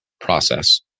process